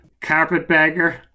Carpetbagger